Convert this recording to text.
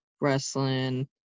wrestling